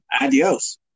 adios